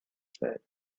said